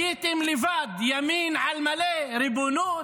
הייתם לבד, ימין על מלא, ריבונות,